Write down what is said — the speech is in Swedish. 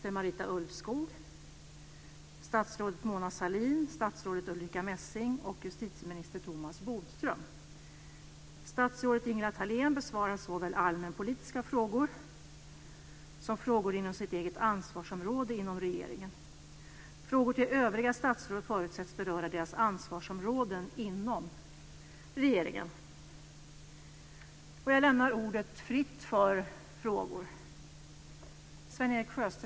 De statsråd som kommer att delta är statsrådet Thalén besvarar såväl allmänpolitiska frågor som frågor inom sitt eget ansvarsområde inom regeringen. Frågor till övriga statsråd förutsätts beröra deras ansvarsområden inom regeringen. Jag lämnar ordet fritt för frågor.